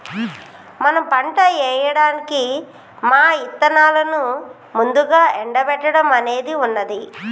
మనం పంట ఏయడానికి మా ఇత్తనాలను ముందుగా ఎండబెట్టడం అనేది ఉన్నది